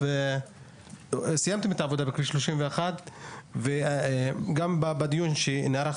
סיימתם את העבודה בכביש 31. בדיון שנערך